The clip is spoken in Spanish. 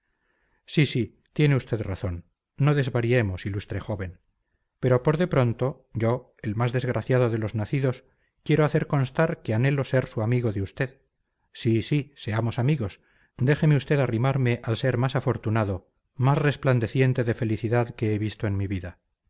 sí sí tiene usted razón no desvariemos ilustre joven pero por de pronto yo el más desgraciado de los nacidos quiero hacer constar que anhelo ser su amigo de usted sí sí seamos amigos déjeme usted arrimarme al ser más afortunado más resplandeciente de felicidad que he visto en mi vida